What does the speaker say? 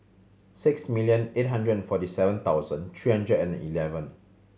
six million eight hundred and forty seven thousand three hundred and eleven